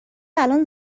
الان